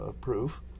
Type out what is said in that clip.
proof